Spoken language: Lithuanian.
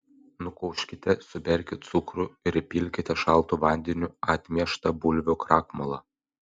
nukoškite suberkit cukrų ir įpilkite šaltu vandeniu atmieštą bulvių krakmolą